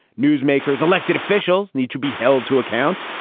newsmakers elected officials need to be held to account.